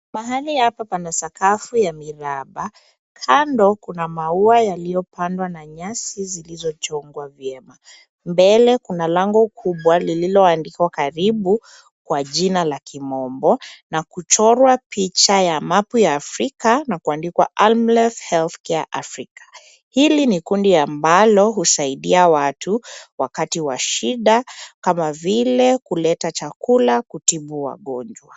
Mahali hapa pana sakafu ya miraba, kando kuna mauwa yalio pandwa na nyasi zilizo chongwa vyema. Mbele, kuna lango kubwa lililo andikwa karibu kwa jina la kimombo na kuchorwa picha ya mapu ya Afrika na kuandikwa Amref Health Care Africa . Hili ni kundi ambalo husaidia watu wakati washida kama vile kuleta chakula, kutibu wagonjwa.